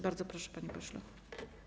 Bardzo proszę, panie pośle.